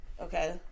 Okay